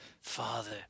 father